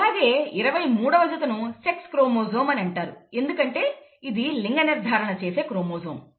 అలాగే 23వ జతను సెక్స్ క్రోమోజోమ్ అని అంటారు ఎందుకంటే ఇది లింగ నిర్ధారణ చేసే క్రోమోజోమ్